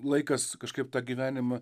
laikas kažkaip tą gyvenimą